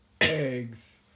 eggs